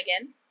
again